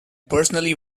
personally